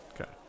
Okay